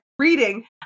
reading